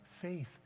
faith